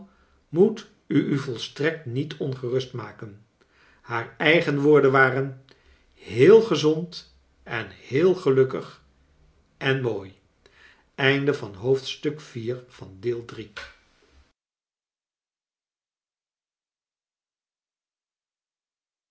moet u u volstrekt niet ongerust maken haar eigen woorden waren heel gezond en heel gelukkig en mooi